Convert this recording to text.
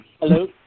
Hello